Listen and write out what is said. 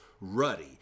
Ruddy